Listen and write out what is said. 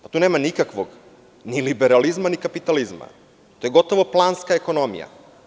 Pa, tu nema nikakvog ni liberalizma ni kapitalizma, to je gotovo planska ekonomija.